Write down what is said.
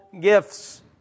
gifts